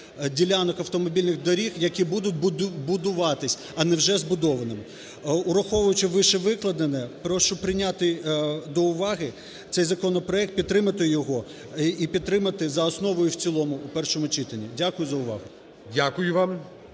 ділянок автомобільних доріг, які будуть будуватися, а не вже збудованими. Враховуючи вищевикладене, прошу прийняти до уваги цей законопроект, підтримати його і підтримати за основу і в цілому в першому читанні. Дякую за увагу. ГОЛОВУЮЧИЙ.